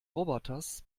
roboters